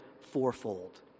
fourfold